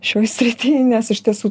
šioje srityje nes iš tiesų